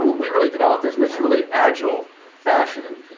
we really developed this in a truly agile fashion.